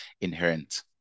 inherent